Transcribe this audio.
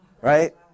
right